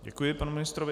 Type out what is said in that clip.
Děkuji panu ministrovi.